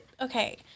Okay